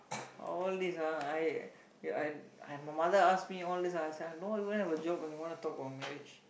all this ah I I I my mother ask me all this ah I say I don't even have a job and you wanna talk about marriage